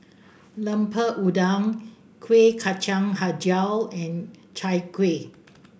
Lemper Udang Kuih Kacang hijau and Chai Kueh